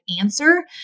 answer